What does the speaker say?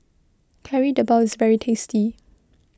Kari Debal is very tasty